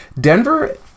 Denver